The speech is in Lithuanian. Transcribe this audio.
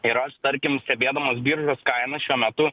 ir aš tarkim stebėdamas biržos kainą šiuo metu